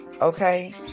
okay